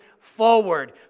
forward